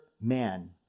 man